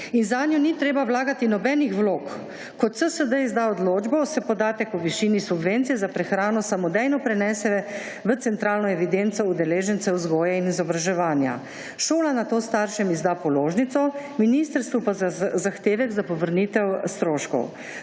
in zanjo ni treba vlagati nobenih vlog. Ko CSD izda odločbo, se podatek o višini subvencije za prehrano samodejno prenese v centralno evidenco udeležencev vzgoje in izobraževanja. Šola nato staršem izda položnico, ministrstvu pa zahtevek za povrnitev stroškov.